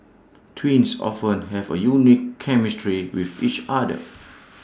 twins often have A unique chemistry with each other